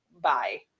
bye